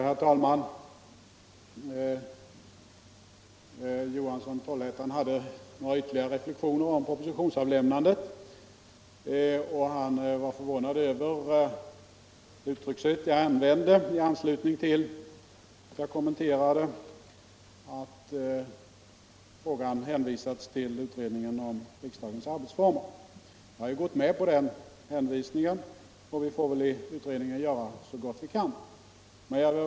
Herr talman! Herr Johansson i Trollhättan hade några ytterligare reflexioner om propositionsavlämnandet, och han var förvånad över de uttryckssätt jag använde i anslutning till att jag kommenterade att frågan hänvisats till utredningen om riksdagens arbetsformer. Jag har ju gått med på den hänvisningen, och vi får väl i utredningen göra så gott vi kan.